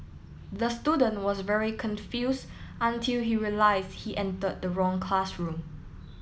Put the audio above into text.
the student was very confused until he realised he entered the wrong classroom